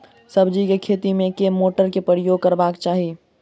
सब्जी केँ खेती मे केँ मोटर केँ प्रयोग करबाक चाहि?